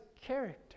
character